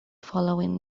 following